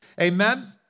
Amen